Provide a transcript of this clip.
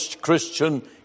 Christian